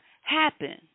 happen